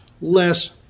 less